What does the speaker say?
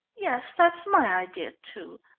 yes, that's my idea, too.